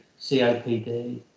COPD